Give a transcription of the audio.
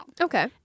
Okay